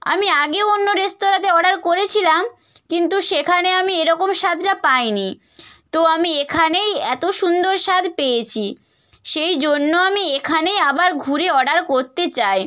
আমি আগেও অন্য রেস্তোরাঁতে অর্ডার করেছিলাম কিন্তু সেখানে আমি এরকম স্বাদটা পায় নি তো আমি এখানেই এতো সুন্দর স্বাদ পেয়েছি সেই জন্য আমি এখানেই আবার ঘুরে অর্ডার করতে চাই